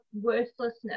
worthlessness